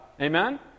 Amen